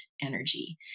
energy